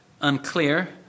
unclear